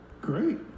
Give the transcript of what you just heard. Great